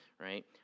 right